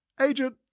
agent